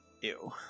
Ew